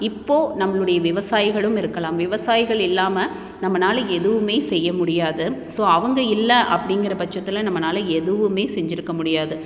இப்போது நம்மளுடைய விவசாயிகளும் இருக்கலாம் விவசாயிகள் இல்லாமல் நம்மனால் எதுவுமே செய்ய முடியாது ஸோ அவங்க இல்லை அப்படிங்கிறபட்சத்துல நம்மனால் எதுவுமே செஞ்சுருக்க முடியாது